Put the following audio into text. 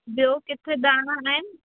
ॿियो किथे दाणा आहिनि